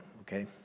okay